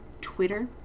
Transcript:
twitter